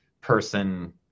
person